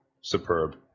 superb